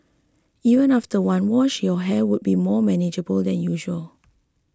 even after one wash your hair would be more manageable than usual